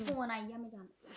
phone आई गेआ में जाना